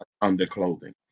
underclothing